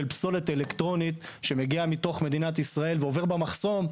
פסולת אלקטרונית שמגיע מתוך מדינת ישראל ועובר במחסום,